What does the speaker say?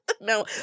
no